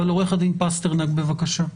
עו"ד פסטרנק, בבקשה.